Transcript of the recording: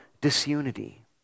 disunity